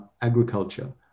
agriculture